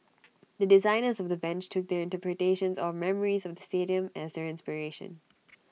the designers of the bench took their interpretations or memories of the stadium as their inspiration